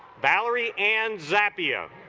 valerie and zakia